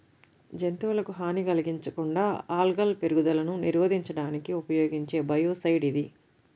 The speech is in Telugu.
జంతువులకు హాని కలిగించకుండా ఆల్గల్ పెరుగుదలను నిరోధించడానికి ఉపయోగించే బయోసైడ్ ఇది